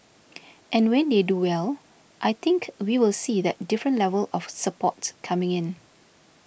and when they do well I think we will see that different level of support coming in